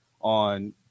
on